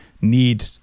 need